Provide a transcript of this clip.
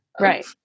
Right